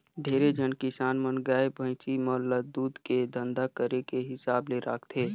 ढेरे झन किसान मन गाय, भइसी मन ल दूद के धंधा करे के हिसाब ले राखथे